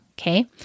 Okay